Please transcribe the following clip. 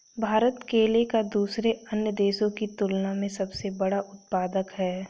भारत केले का दूसरे अन्य देशों की तुलना में सबसे बड़ा उत्पादक है